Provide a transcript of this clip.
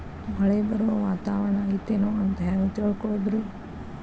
ಮಳೆ ಬರುವ ವಾತಾವರಣ ಐತೇನು ಅಂತ ಹೆಂಗ್ ತಿಳುಕೊಳ್ಳೋದು ರಿ?